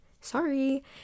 Sorry